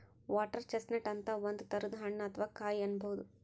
water chestnut ಅಂತ್ ಒಂದ್ ತರದ್ ಹಣ್ಣ್ ಅಥವಾ ಕಾಯಿ ಅನ್ಬಹುದ್